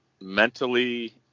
mentally